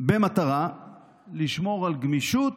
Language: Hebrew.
במטרה לשמור על גמישות